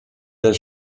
der